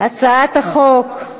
אני